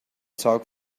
talk